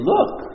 Look